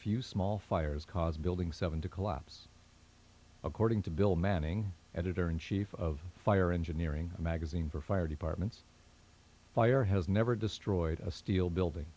few small fires cause building seven to collapse according to bill manning editor in chief of fire engineering magazine for fire departments fire has never destroyed a steel building